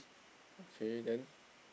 okay then